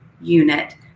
unit